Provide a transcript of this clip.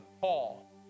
Paul